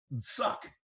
suck